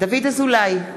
דוד אזולאי,